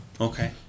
Okay